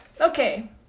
Okay